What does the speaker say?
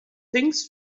things